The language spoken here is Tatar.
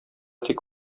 тик